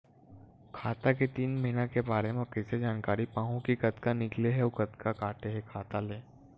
खाता के तीन महिना के बारे मा कइसे जानकारी पाहूं कि कतका निकले हे अउ कतका काटे हे खाता ले?